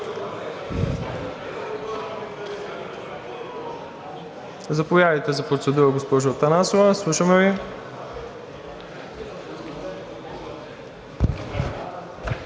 Заповядайте за процедура, госпожо Атанасова, слушаме Ви.